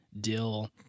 dill